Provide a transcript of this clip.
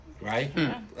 right